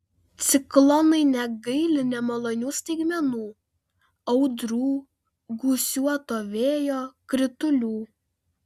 ciklonai negaili nemalonių staigmenų audrų gūsiuoto vėjo kritulių